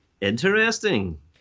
Interesting